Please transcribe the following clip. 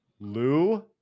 Lou